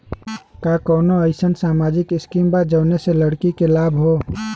का कौनौ अईसन सामाजिक स्किम बा जौने से लड़की के लाभ हो?